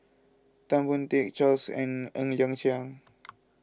Tan Boon Teik Charles and Ng Liang Chiang